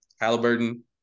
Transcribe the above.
Halliburton